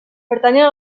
pertanyen